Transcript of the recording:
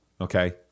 Okay